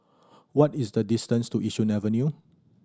what is the distance to Yishun Avenue